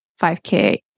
5k